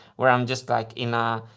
where i'm just, like, in a.